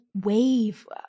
wave